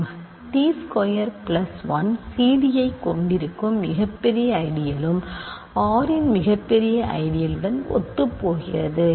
t square 1 cd ஐக் கொண்டிருக்கும் மிகப்பெரிய ஐடியழும் R இன் மிகப்பெரிய ஐடியல் உடன் ஒத்துப்போகிறது